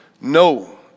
No